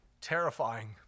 terrifying